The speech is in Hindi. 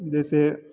जैसे